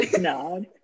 No